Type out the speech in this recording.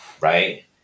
right